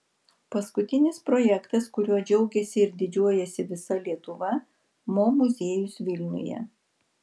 paskutinis projektas kuriuo džiaugiasi ir didžiuojasi visa lietuva mo muziejus vilniuje